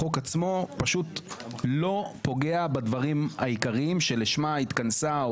החוק עצמו פשוט לא פוגע בדברים העיקריים שלשמה התכנסה,